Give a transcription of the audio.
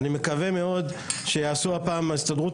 אני מקווה מאוד שיעשו הפעם הסתדרות